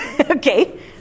Okay